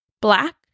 black